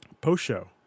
post-show